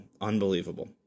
Unbelievable